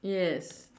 yes